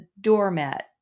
doormat